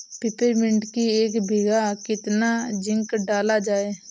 Peppermint की एक बीघा कितना जिंक डाला जाए?